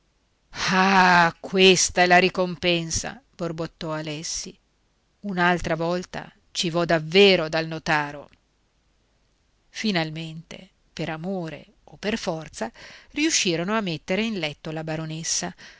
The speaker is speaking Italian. questa è la ricompensa borbottò alessi un'altra volta ci vò davvero dal notaio finalmente per amore o per forza riescirono a mettere in letto la baronessa